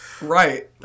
right